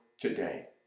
today